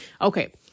okay